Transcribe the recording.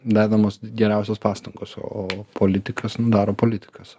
dedamos geriausios pastangos o politikas nu daro politikas